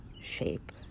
shape